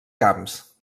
camps